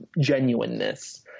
genuineness